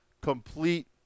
complete